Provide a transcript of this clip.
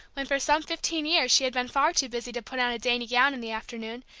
when for some fifteen years she had been far too busy to put on a dainty gown in the afternoon,